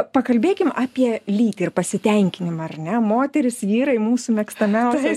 pakalbėkim apie lytį ir pasitenkinimą ar ne moterys vyrai mūsų mėgstamiausias